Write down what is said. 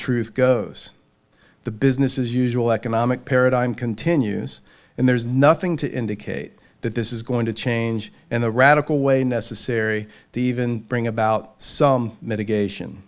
truth goes the business as usual economic paradigm continues and there's nothing to indicate that this is going to change in the radical way necessary to even bring about some medication